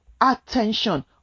attention